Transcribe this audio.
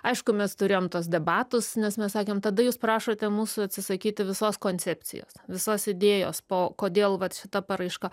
aišku mes turėjom tuos debatus nes mes sakėm tada jūs prašote mūsų atsisakyti visos koncepcijos visos idėjos po kodėl vat šita paraiška